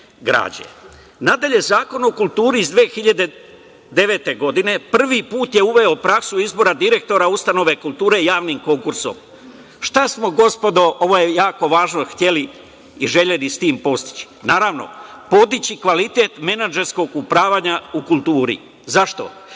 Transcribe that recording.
građe. Nadalje, Zakon o kulturi iz 2009. godine prvi put je uveo praksu izbora direktora ustanove kulture javnim konkursom. Šta smo, gospodo, ovo je jako važno, hteli i želeli s tim postići? Naravno, podići kvalitet menadžerskog upravljanja u kulturi. Zašto?